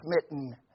smitten